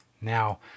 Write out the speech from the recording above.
Now